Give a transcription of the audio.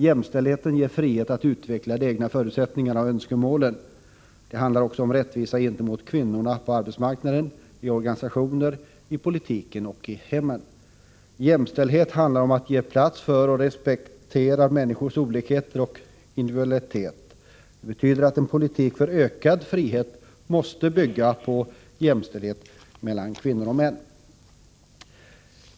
Jämställdheten ger frihet att utveckla de egna förutsättningarna och önskemålen. Det handlar också om rättvisa gentemot kvinnorna på arbetsmarknaden, i organisationer, i politiken och i hemmen. Jämställdhet handlar om att ge plats för och att respektera människors olikheter och individualitet. Det betyder att en politik för ökad frihet måste bygga på jämställdhet mellan kvinnor och män.